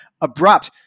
abrupt